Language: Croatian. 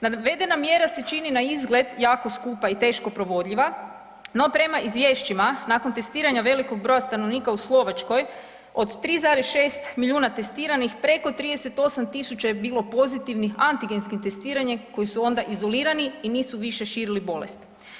Navedena mjera se čini naizgled jako skupa i teško provodljiva, no prema izvješćima, nakon testiranja velikog broja stanovnika u Slovačkoj, od 3,5 milijuna testiranih, preko 38 tisuća je bilo pozitivnih antigenskim testiranjem koji su onda izolirani i nisu više širili bolest.